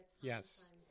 Yes